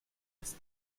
was